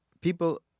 people